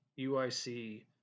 UIC